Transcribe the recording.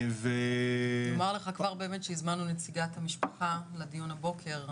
אומר לך כבר באמת שהזמנו נציגת המשפחה לדיון הבוקר.